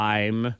Time